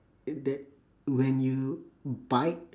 uh that when you bite